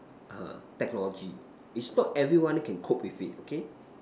err technology it's not everyone can cope with it okay